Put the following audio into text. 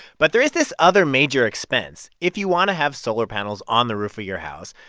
but there is this other major expense. if you want to have solar panels on the roof of your house,